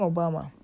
Obama